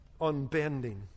unbending